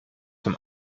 zum